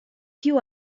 più